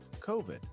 COVID